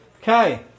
Okay